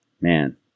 man